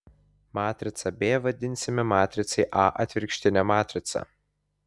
matricą b vadinsime matricai a atvirkštine matrica